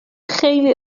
خیلی